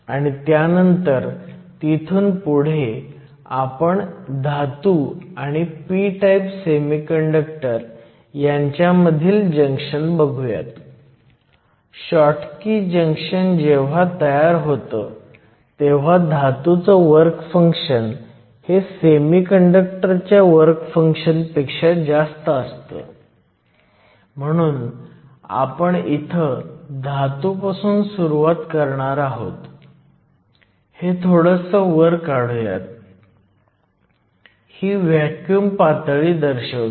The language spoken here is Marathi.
या संख्या थेट भरल्या आहेत NA आणि ND माहित आहेत ni2 देखील दिलेला आहे जर ni माहित नसेल तर तुम्ही नेहमी बँड गॅप वरून मोजू शकता आणि स्टेटसची इफेक्टिव डेन्सिटी किंवा इलेक्ट्रॉन आणि होल्सचे प्रभावी वस्तुमान मोजू शकता